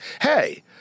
Hey